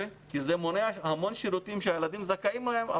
כי זה מונע המון שירותים שהילדים זכאים להם,